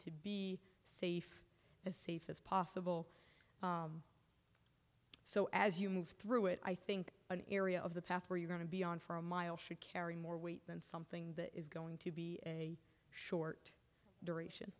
to be safe as safe as possible so as you move through it i think an area of the path where you're going to be on for a mile should carry more weight than something that is going to be a short duration